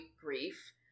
grief